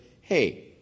hey